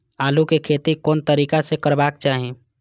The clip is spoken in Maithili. आलु के खेती कोन तरीका से करबाक चाही?